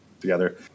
together